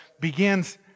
begins